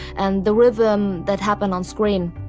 and the rhythm that happen on screen.